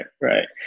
right